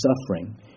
suffering